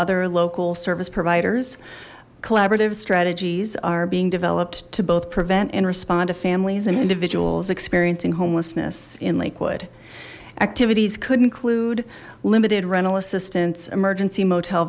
r local service providers collaborative strategies are being developed to both prevent and respond to families and individuals experiencing homelessness in lakewood activities could include limited rental assistance emergency motel